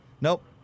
nope